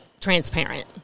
transparent